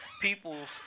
people's